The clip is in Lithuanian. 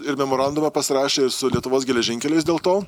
ir memorandumą pasirašę ir su lietuvos geležinkeliais dėl to